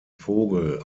vogel